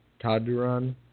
Taduran